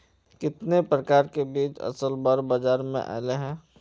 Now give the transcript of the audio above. कितने प्रकार के बीज असल बार बाजार में ऐले है?